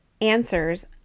answers